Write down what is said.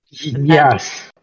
Yes